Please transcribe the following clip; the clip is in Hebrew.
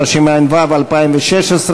התשע"ו 2016,